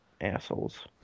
Assholes